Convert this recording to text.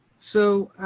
so,